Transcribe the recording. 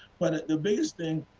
but, ah the biggest thing,